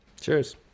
Cheers